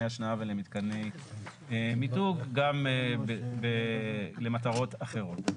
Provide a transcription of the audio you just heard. השנאה ולמתקני מיתוג גם למטרות אחרות.